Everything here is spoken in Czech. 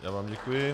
Já vám děkuji.